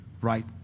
right